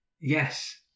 yes